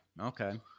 Okay